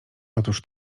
otóż